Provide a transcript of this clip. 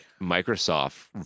Microsoft